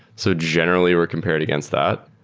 so generally, we're compared against that.